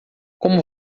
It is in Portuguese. como